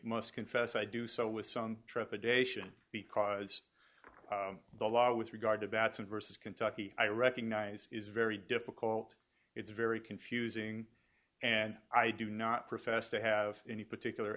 must confess i do so with sun trepidation because the law with regard to bats and versus kentucky i recognize is very difficult it's very confusing and i do not profess to have any particular